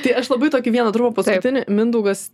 tai aš labai tokį vieną trumpą paskutinį mindaugas